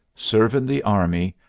serve in the army,